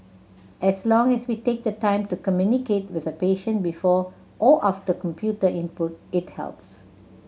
as long as we take the time to communicate with a patient before or after computer input it helps